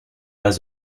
pas